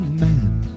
man